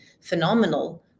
phenomenal